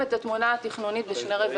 מי מהם יכול ללכת להוציא היתר בנייה.